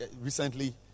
recently